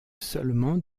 seulement